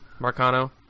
Marcano